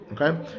Okay